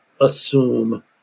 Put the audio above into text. assume